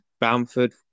Bamford